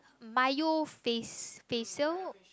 mayo face facial